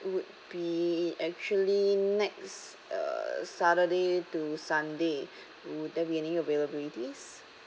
would be actually next uh saturday to sunday would there be any availabilities